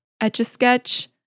Etch-A-Sketch